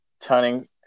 turning